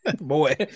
boy